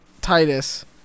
Titus